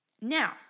now